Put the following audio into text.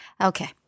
Okay